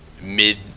mid